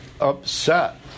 upset